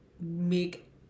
make